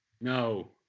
No